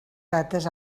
dates